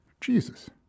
Jesus